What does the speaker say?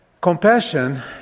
Compassion